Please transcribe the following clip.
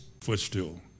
footstool